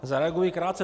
Zareaguji krátce.